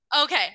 Okay